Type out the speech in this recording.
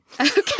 okay